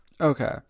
Okay